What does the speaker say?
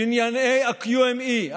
שענייני ה-QME,